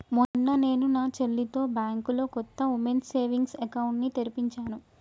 మొన్న నేను నా చెల్లితో బ్యాంకులో కొత్త ఉమెన్స్ సేవింగ్స్ అకౌంట్ ని తెరిపించాను